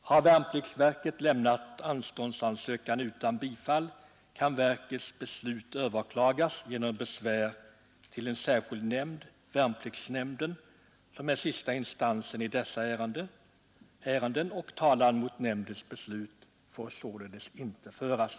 Har värnpliktsverket lämnat anståndsansökan utan bifall kan verkets beslut överklagas genom besvär till en särskild nämnd, värnpliktsnämnden, som är sista instans i dessa ärenden. Talan mot nämndens beslut får således inte föras.